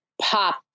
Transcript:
pop